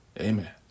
Amen